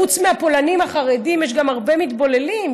חוץ מהפולנים החרדים היו גם הרבה מתבוללים,